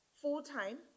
full-time